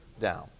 down